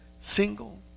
single